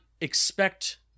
expect